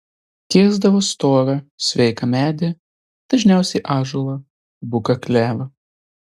kirsdavo storą sveiką medį dažniausiai ąžuolą buką klevą